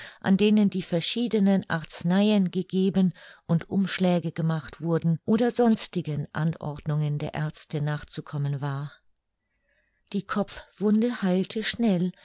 an denen die verschiedenen arzneien gegeben und umschläge gemacht wurden oder sonstigen anordnungen der aerzte nachzukommen war die kopfwunde heilte schnell